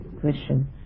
question